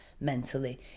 mentally